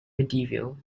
medieval